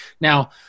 Now